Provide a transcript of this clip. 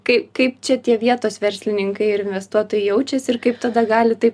kai kaip čia tie vietos verslininkai ir investuotojai jaučiasi ir kaip tada gali taip